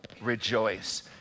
rejoice